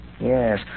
Yes